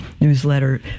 Newsletter